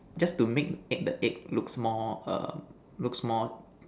just to make the egg the egg looks more um looks more